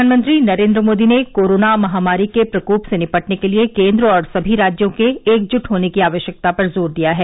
प्रधानमंत्री नरेन्द्र मोदी ने कोरोना महामारी के प्रकोप से निपटने के लिए केन्द्र और सभी राज्यों के एकजुट होने की आवश्यकता पर जोर दिया है